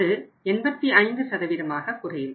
அது 85 ஆக குறையும்